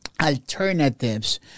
Alternatives